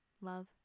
Love